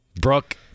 Brooke